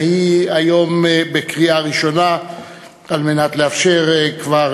והיא היום מובאת לקריאה ראשונה על מנת לאפשר כבר